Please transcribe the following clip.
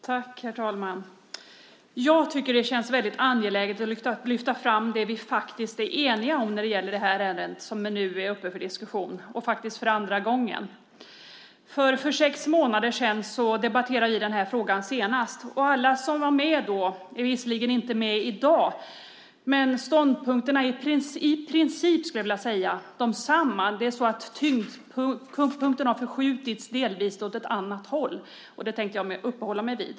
Herr talman! Jag tycker att det känns väldigt angeläget att lyfta fram det som vi faktiskt är eniga om när det gäller detta ärende som nu är uppe för diskussion för andra gången. För sex månader sedan debatterade vi senast denna fråga. Alla som var med då är visserligen inte med i dag, men ståndpunkterna är i princip desamma. Tyngdpunkten har delvis förskjutits åt ett annat håll. Och det tänkte jag uppehålla mig vid.